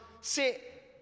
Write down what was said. sit